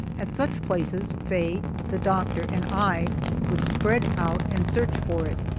at such places faye, the doctor, and i would spread out and search for it.